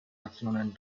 nationen